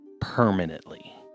permanently